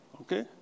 Okay